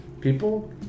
people